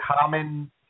common